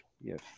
yes